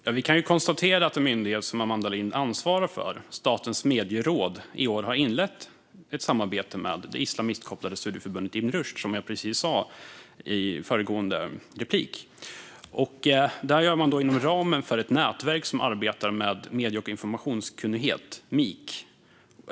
Fru talman! Vi kan konstatera att en myndighet som Amanda Lind ansvarar för, Statens medieråd, i år har inlett ett samarbete med det islamistkopplade studieförbundet Ibn Rushd, som jag sa i föregående inlägg. Det här gör man inom ramen för ett nätverk som arbetar med medie och informationskunnighet, MIK.